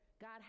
god